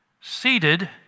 Seated